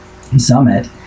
Summit